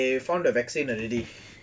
ya they found the vaccine already